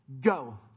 go